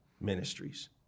ministries